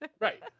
Right